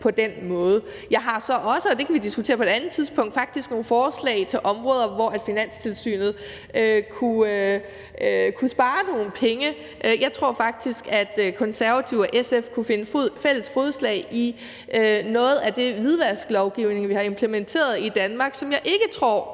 på den måde. Jeg har så også, og det kan vi diskutere på et andet tidspunkt, faktisk nogle forslag i forhold til områder, hvor Finanstilsynet kunne spare nogle penge. Jeg tror faktisk, at Konservative og SF kunne finde fælles fodslag i noget af den hvidvasklovgivning, vi har implementeret i Danmark, og som jeg ikke tror